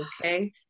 okay